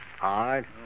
Hard